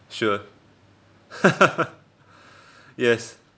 sure yes